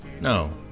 No